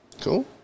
Cool